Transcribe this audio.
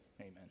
Amen